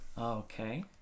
Okay